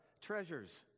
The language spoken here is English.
treasures